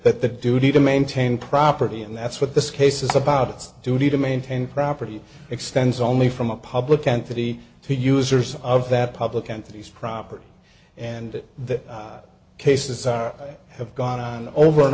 that the duty to maintain property and that's what this case is about its duty to maintain property extends only from a public entity to users of that public entities property and that cases are have gone on over and